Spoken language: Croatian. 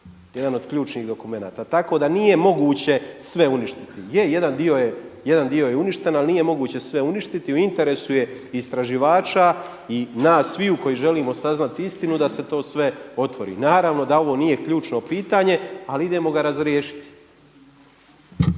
jedan od ključnih dokumenata. Tako da nije moguće sve uništiti. Je, jedan dio je uništen ali nije moguće sve uništiti. U interesu je i istraživača i nas sviju koji želimo saznati istinu da se to sve otvori. Naravno da ovo nije ključno pitanje, ali idemo ga razriješiti.